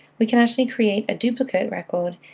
we can actually create a duplicate record,